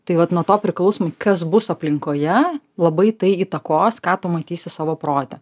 tai vat nuo to priklausomai kas bus aplinkoje labai tai įtakos ką tu matysi savo prote